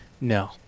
No